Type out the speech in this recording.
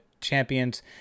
champions